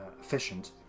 Efficient